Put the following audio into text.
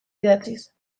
idatziz